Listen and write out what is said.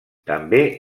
també